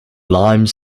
lime